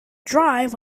drive